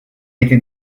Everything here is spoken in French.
été